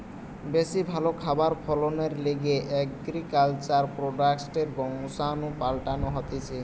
বেশি ভালো খাবার ফলনের লিগে এগ্রিকালচার প্রোডাক্টসের বংশাণু পাল্টানো হতিছে